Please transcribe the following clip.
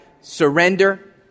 surrender